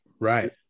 right